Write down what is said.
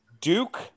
Duke